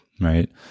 Right